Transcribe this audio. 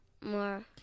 more